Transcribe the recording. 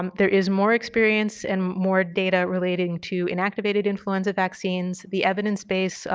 um there is more experience and more data relating to inactivated influenza vaccines. the evidence base,